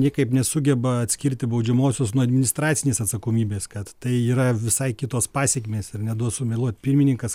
niekaip nesugeba atskirti baudžiamosios nuo administracinės atsakomybės kad tai yra visai kitos pasekmės ir neduos sumeluot pirmininkas